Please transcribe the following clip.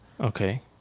okay